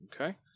Okay